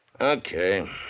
Okay